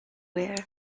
wear